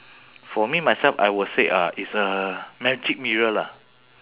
for me myself I will say uh it's a magic mirror lah